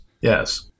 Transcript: Yes